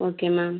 okay ma'am